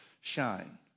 shine